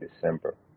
December